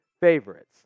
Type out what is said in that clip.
favorites